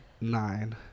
nine